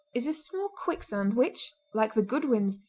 is a small quicksand, which, like the goodwins,